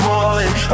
one